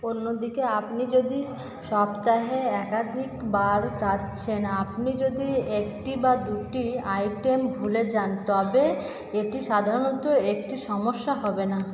অন্যদিকে আপনি যদি সপ্তাহে একাধিকবার যাচ্ছেন আপনি যদি একটি বা দুটি আইটেম ভুলে যান তবে এটি সাধারণত একটি সমস্যা হবে না